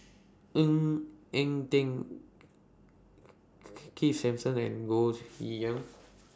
Ng Eng Teng Keith Simmons and Goh Yihan